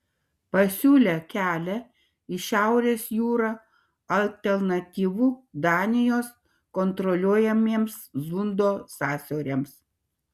pasiūlė kelią į šiaurės jūrą alternatyvų danijos kontroliuojamiems zundo sąsiauriams